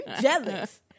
jealous